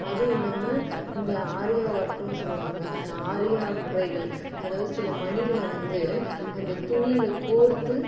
அதுவும் இல்லாமல் இந்த ஆரியா வொர்க்குன்னு சொல்லுவாங்க இந்த ஆரியா முறைகள் அதாவது சில மணிகளை வந்து அந்த துணியில கோர்த்து